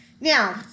Now